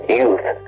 youth